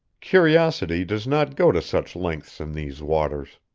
curiosity does not go to such lengths in these waters.